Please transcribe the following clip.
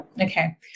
Okay